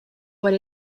what